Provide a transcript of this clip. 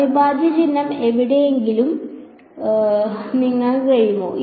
അവിഭാജ്യ ചിഹ്നം എവിടെയെങ്കിലും നീങ്ങാൻ കഴിയുമോ